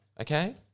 Okay